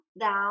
down